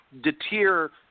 deter